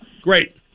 Great